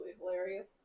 hilarious